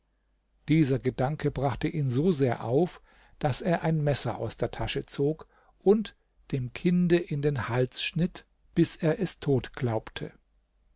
dieser gedanke brachte ihn so sehr auf daß er ein messer aus der tasche zog und dem kinde in den hals schnitt bis er es tot glaubte